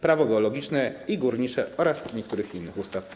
Prawo geologiczne i górnicze oraz niektórych innych ustaw.